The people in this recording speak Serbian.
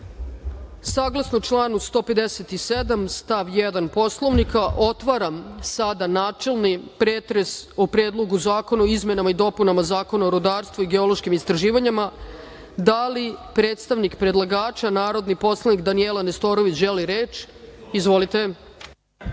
članu 157. stav 1. Poslovnika, otvaram sada načelni pretres o Predlogu zakona o izmenama i dopunama Zakona o rudarstvu i geološkim istraživanjima. Da li predstavnik predlagača, narodni poslanik Danijela Nestorović, želi reč? Izvolite.